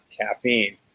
caffeine